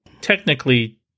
technically